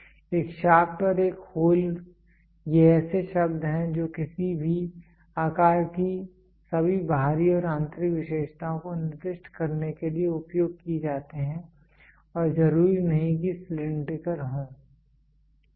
एक शाफ्ट और एक होल ये ऐसे शब्द हैं जो किसी भी आकार की सभी बाहरी और आंतरिक विशेषताओं को निर्दिष्ट करने के लिए उपयोग किए जाते हैं और जरूरी नहीं कि सिलैंडरिकल हो ठीक है